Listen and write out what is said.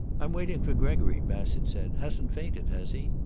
i'm waiting for gregory, bassett said. hasn't fainted, has he?